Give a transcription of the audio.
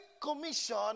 commission